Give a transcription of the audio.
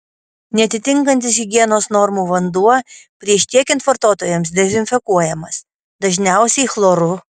neatitinkantis higienos normų vanduo prieš tiekiant vartotojams dezinfekuojamas dažniausiai chloru